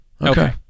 Okay